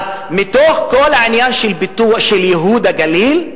אז מתוך כל העניין של ייהוד הגליל,